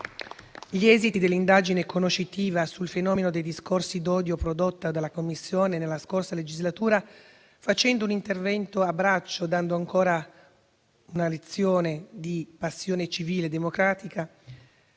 gli esiti dell'indagine conoscitiva sul fenomeno dei discorsi d'odio, prodotta dalla Commissione nella scorsa legislatura, facendo un intervento a braccio e dando ancora una lezione di passione civile e democratica,